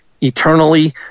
eternally